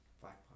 black